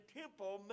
temple